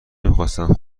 نمیخواستند